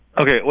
Okay